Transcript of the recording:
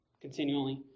continually